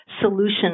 Solution